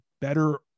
better